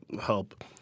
help